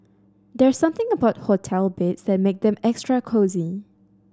there's something about hotel beds that make them extra cosy